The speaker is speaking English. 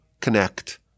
connect